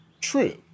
true